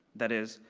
that is,